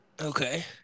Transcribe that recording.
Okay